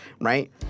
right